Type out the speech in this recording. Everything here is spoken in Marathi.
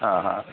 हां हां